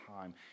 time